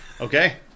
okay